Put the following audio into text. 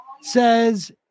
says